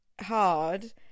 hard